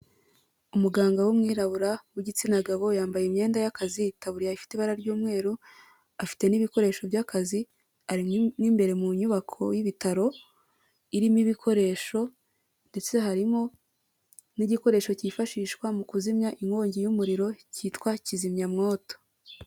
Umuganga w'umwirabura w'igitsina gabo, yambaye imyenda y'akazi, itaburiye ifite ibara ry'umweru, afite n'ibikoresho by'akazi, ari mu imbere mu nyubako y'ibitaro, irimo ibikoresho ndetse harimo n'igikoresho cyifashishwa mu kuzimya inkongi y'umuriro cyitwa kizimyamwoto.